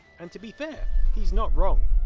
and to be fair he's not wrong.